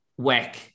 weck